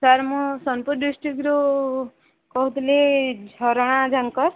sir ମୁଁ ସୋନପୁର ଡିଷ୍ଟ୍ରିକ୍ଟରୁ କହୁଥିଲି ଝରଣା ଝାଙ୍କର